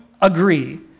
agree